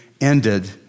ended